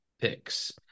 Picks